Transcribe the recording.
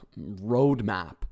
roadmap